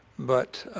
but,